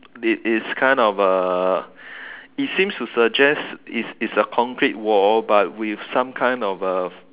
it is kind of uh it seems to suggest it's it's a concrete wall but with some kind of a